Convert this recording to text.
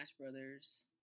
Brothers